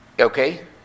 okay